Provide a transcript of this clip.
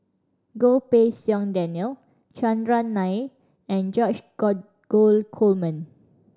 Goh Pei Siong Daniel Chandran Nair and George Dromgold Coleman